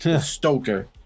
Stoker